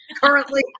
currently